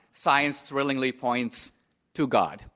science thrillingly points to god.